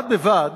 בד בבד,